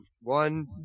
One